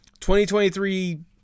2023